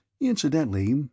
Incidentally